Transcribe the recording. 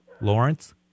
Lawrence